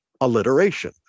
Alliteration